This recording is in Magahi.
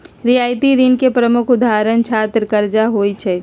रियायती ऋण के प्रमुख उदाहरण छात्र करजा होइ छइ